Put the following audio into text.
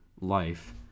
life